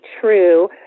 true